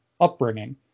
upbringing